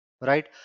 right